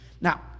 Now